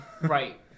Right